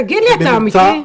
תגיד לי אתה אמיתי?